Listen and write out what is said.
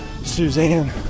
Suzanne